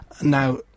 now